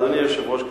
אדוני היושב-ראש,